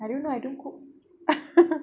I don't know I don't cook